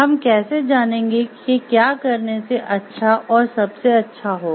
हम कैसे जानेंगे कि क्या करने से अच्छा और सबसे अच्छा होगा